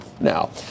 now